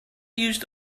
used